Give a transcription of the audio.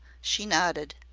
she nodded.